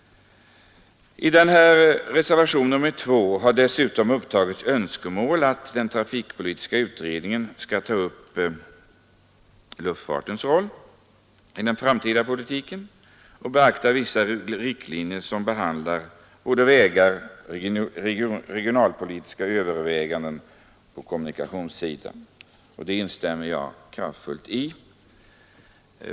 I reservationen 2 har dessutom framförts önskemål att den trafikpolitiska utredningen skall ta upp luftfartens roll i den framtida politiken och beakta vissa riktlinjer som behandlar både vägar och regionalpolitiska överväganden på kommunikationssidan, och det instämmer jag kraftfullt i.